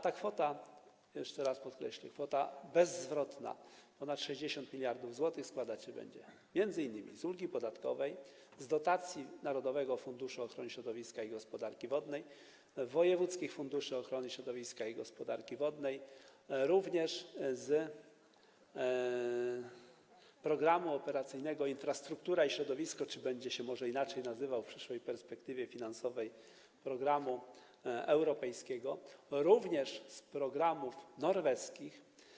Ta kwota, jeszcze raz podkreślę, kwota bezzwrotna, ponad 60 mld zł, składać się będzie m.in. z ulgi podatkowej, z dotacji z Narodowego Funduszu Ochrony Środowiska i Gospodarki Wodnej, z wojewódzkich funduszy ochrony środowiska i gospodarki wodnej, również z Programu Operacyjnego „Infrastruktura i środowisko” - czy może inaczej będzie się on nazywał w przyszłej perspektywie finansowej - programu europejskiego, również z programów norweskich.